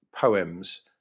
poems